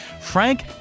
Frank